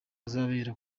azabera